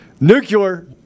nuclear